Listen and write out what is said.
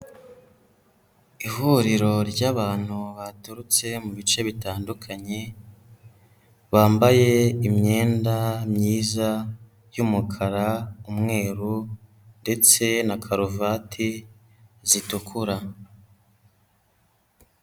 Ihuriro ry'abantu baturutse mu bice bitandukanye, bambaye imyenda myiza y'umukara, umweru ndetse na karuvati zitukura.